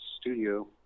studio